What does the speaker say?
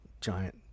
giant